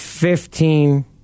Fifteen